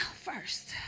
first